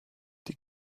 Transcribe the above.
die